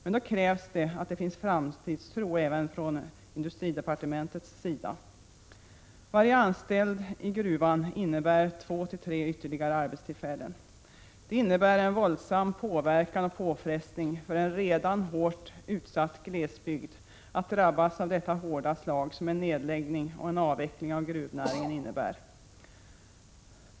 Men då krävs det att det finns framtidstro även från industridepartementets sida. Varje anställd i gruvan innebär två tre ytterligare arbetstillfällen. Det innebär en våldsam påverkan på och påfrestning för en redan hårt utsatt glesbygd att drabbas av det hårda slag som en nedläggning och avveckling av gruvnäringen innebär.